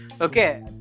Okay